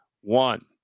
one